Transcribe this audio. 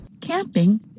Camping